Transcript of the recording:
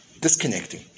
disconnecting